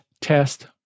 Test